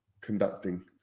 conducting